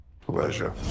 Pleasure